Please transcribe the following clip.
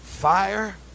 Fire